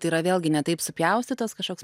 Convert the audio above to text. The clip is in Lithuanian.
tai yra vėlgi ne taip supjaustytas kašoks